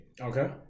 Okay